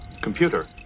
Computer